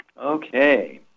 Okay